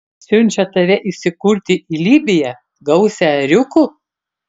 siunčia tave įsikurti į libiją gausią ėriukų